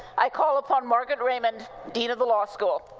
i call upon margaret raymond, dean of the law school.